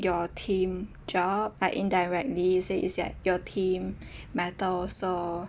your team job like indirectly say is that your team matter also